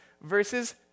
versus